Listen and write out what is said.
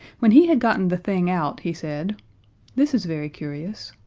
when he had gotten the thing out, he said this is very curious.